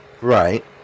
right